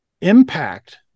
impact